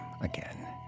again